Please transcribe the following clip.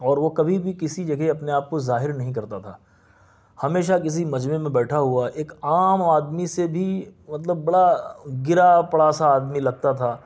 اور وہ کبھی بھی کسی جگہ اپنے آپ کو ظاہر نہیں کرتا تھا ہمیشہ کسی مجمعے میں بیٹھا ہوا ایک عام آدمی سے بھی مطلب بڑا گرا پڑا سا آدمی لگتا تھا